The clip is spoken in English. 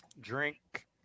drink